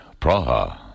Praha